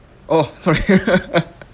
oh sorry